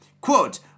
Quote